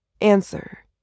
Answer